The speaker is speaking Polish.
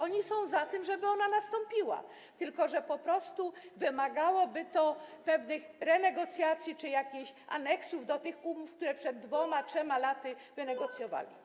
Oni są za tym, żeby ona nastąpiła, tylko wymagałoby to pewnych renegocjacji czy jakichś aneksów do umów, które przed dwoma, trzema laty wynegocjowali.